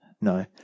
No